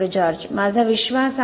George माझा विश्वास आहे